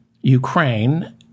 Ukraine